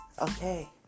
Okay